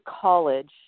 college